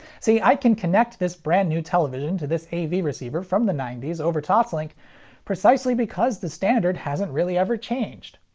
see, i can connect this brand new television to this a v receiver from the ninety s over toslink precisely because the standard hasn't really ever changed.